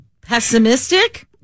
Pessimistic